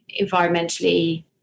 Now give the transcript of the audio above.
environmentally